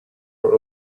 were